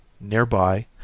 nearby